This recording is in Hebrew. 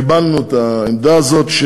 וקיבלנו את העמדה הזאת.